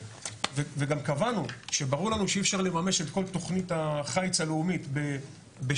וגם קבענו שברור לנו שאי אפשר לממש את כל תכנית החיץ הלאומית בשנה,